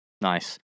Nice